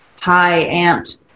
high-amped